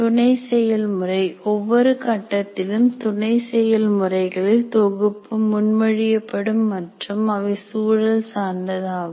துணை செயல்முறை ஒவ்வொரு கட்டத்திலும் துணை செயல்முறைகளில் தொகுப்பு முன்மொழியப்படும் மற்றும் அவை சூழல் சார்ந்ததாகும்